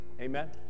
Amen